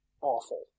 awful